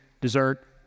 dessert